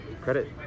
credit